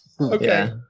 Okay